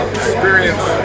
experience